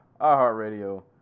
iHeartRadio